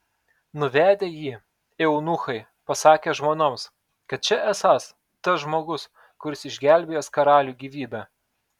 nuvedę jį eunuchai pasakė žmonoms kad čia esąs tas žmogus kuris išgelbėjęs karaliui gyvybę